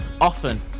often